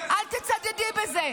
אל תצדדי בזה.